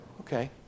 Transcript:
Okay